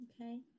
okay